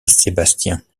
sébastien